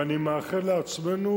ואני מאחל לעצמנו